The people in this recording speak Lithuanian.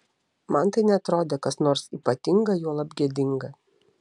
man tai neatrodė kas nors ypatinga juolab gėdinga